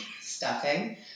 stuffing